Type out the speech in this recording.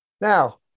Now